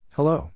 Hello